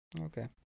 Okay